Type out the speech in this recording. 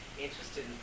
interested